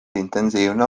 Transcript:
intensiivne